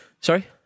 Sorry